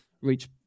reach